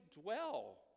dwell